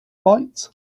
bite